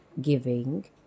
giving